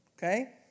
Okay